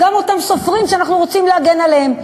גם אותם סופרים שאנחנו רוצים להגן עליהם,